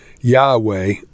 Yahweh